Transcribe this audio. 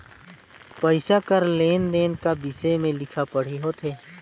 पइसा कर लेन देन का बिसे में लिखा पढ़ी होथे